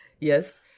Yes